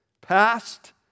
Past